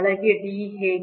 ಒಳಗೆ D ಹೇಗೆ